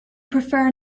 prefer